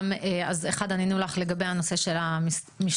אחד ענינו לך לגבי הנושא של המשטרה,